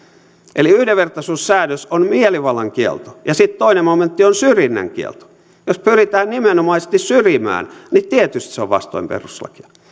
eli yhdenvertaisuussäädös on mielivallan kielto ja sitten toinen momentti on syrjinnän kielto jos pyritään nimenomaisesti syrjimään niin tietysti se on vastoin perustuslakia